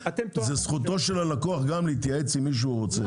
זכותו של הלקוח להתייעץ עם מי שהוא רוצה.